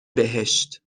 بهشت